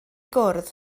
gwrdd